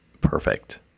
Perfect